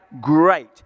great